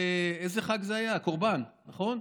באיזה חג זה היה, הקורבן, נכון?